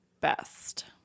Best